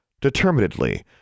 Determinedly